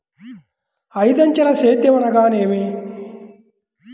ఐదంచెల సేద్యం అనగా నేమి?